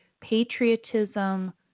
Patriotism